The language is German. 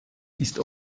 ist